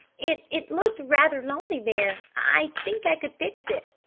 it it looked rather lonely there i think i could fix it.